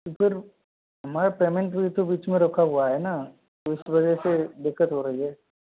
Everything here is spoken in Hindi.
तो फिर हमारा पेमेंट भी तो बीच में रुका हुआ है न तो इस वजह से दिक्कत हो रही है